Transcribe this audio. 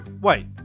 wait